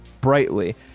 brightly